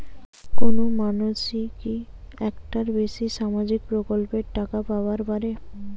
কোনো মানসি কি একটার বেশি সামাজিক প্রকল্পের টাকা পাবার পারে?